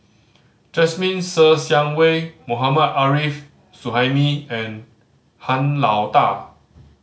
Jasmine Ser Xiang Wei Mohammad Arif Suhaimi and Han Lao Da